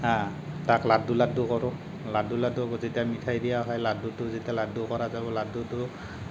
তাক লাডু লাডু কৰোঁ লাডু লাডুত তেতিয়া মিঠাই দিয়া হয় লাডুত যেতিয়া লাডু কৰা যাব লাডুটো